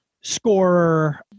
scorer